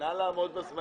נא לשבת.